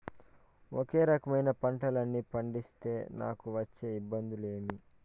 ఒకే రకమైన పంటలని పండిస్తే నాకు వచ్చే ఇబ్బందులు ఏమి?